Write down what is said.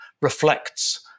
reflects